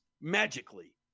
magically